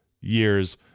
years